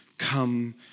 Come